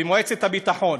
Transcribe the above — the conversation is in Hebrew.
במועצת הביטחון.